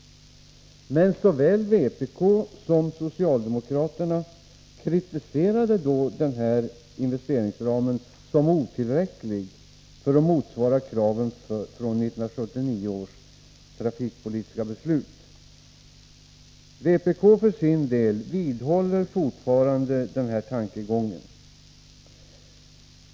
Men såväl vpk som socialdemokraterna kritiserade då denna investeringsram som otillräcklig för att motsvara kraven från 1979 års trafikpolitiska beslut. Vpk för sin del vidhåller fortfarande denna tankegång.